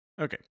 Okay